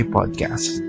Podcast